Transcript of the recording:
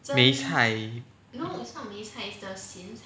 梅菜